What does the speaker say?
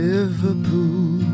Liverpool